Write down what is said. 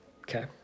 okay